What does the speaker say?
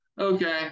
okay